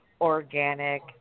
organic